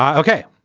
ok.